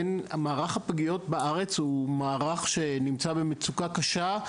מערך הפגיות בארץ הוא מערך שנמצא במצוקה קשה,